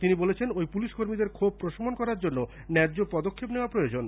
তিনি বলেছেন ঐ পুলিশ কর্মীদের ক্ষোভ প্রশমন করার জন্য পদক্ষেপ নেওয়া প্রয়োজন